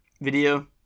video